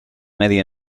medi